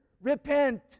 Repent